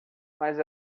mas